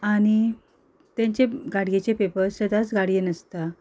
आनी तेंचे गाडयेचें पेपर्स हे त्याच गाडयेन आसता